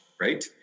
right